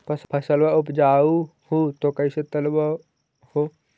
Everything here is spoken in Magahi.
फसलबा उपजाऊ हू तो कैसे तौउलब हो?